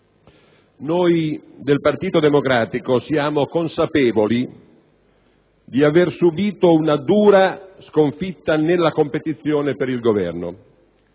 noi del Partito Democratico siamo consapevoli di aver subìto una dura sconfitta nella competizione per il Governo